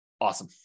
Awesome